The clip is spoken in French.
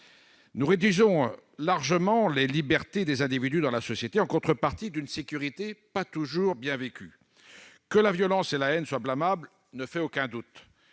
Nous réduisons largement les libertés des individus dans la société en contrepartie d'une sécurité qui n'est pas toujours bien vécue. Que la violence et la haine soient blâmables ne fait aucun doute.